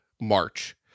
March